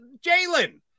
Jalen